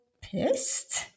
pissed